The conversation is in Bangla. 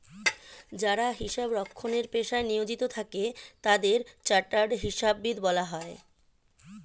যারা হিসাব রক্ষণের পেশায় নিয়োজিত থাকে তাদের চার্টার্ড হিসাববিদ বলা হয়